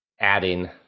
adding